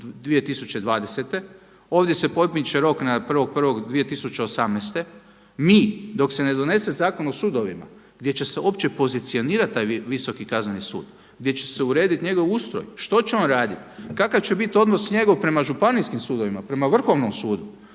1.1.2020. Ovdje se pomiče rok na 1.1.2018. Mi dok se ne donese Zakon o sudovima gdje će se uopće pozicionirati taj Visoki kazneni sud, gdje će se urediti njegov ustroj što će on raditi, kakav će biti odnos njegov prema Županijskim sudovima, prema Vrhovnom sudu.